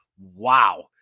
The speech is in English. Wow